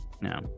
No